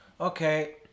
okay